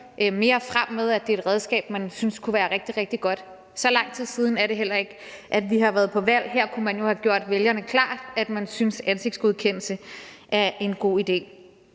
mere med, at det er et redskab, man synes kunne være rigtig, rigtig godt? Så lang tid siden er det heller ikke, at vi var på valg. Her kunne man jo have gjort vælgerne klart, at man synes, at ansigtsgenkendelse er en god idé.